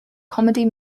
comedy